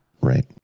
Right